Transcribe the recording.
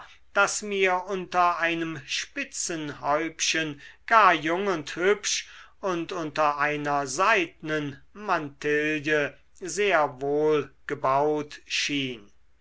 das mir unter einem spitzenhäubchen gar jung und hübsch und unter einer seidnen mantille sehr wohlgebaut schien